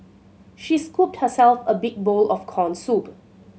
she scooped herself a big bowl of corn soup